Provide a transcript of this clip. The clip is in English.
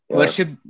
worship